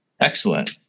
Excellent